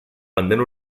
pendent